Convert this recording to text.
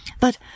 but